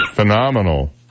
Phenomenal